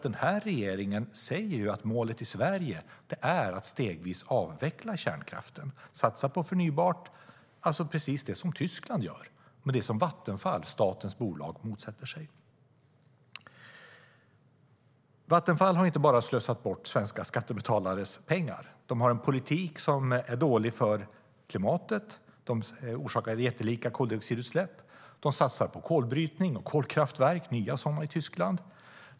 Den här regeringen säger ju att målet i Sverige är att stegvis avveckla kärnkraften och att satsa på förnybart - precis det som Tyskland gör men det som Vattenfall, statens bolag, motsätter sig. Vattenfall har inte bara slösat bort svenska skattebetalares pengar. De har en politik som är dålig för klimatet. De orsakar jättelika koldioxidutsläpp. De satsar på kolbrytning och nya kolkraftverk i Tyskland.